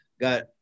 got